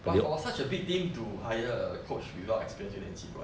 but for such big team to hire a coach without experience 有点奇怪